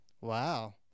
Wow